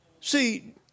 See